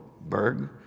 Berg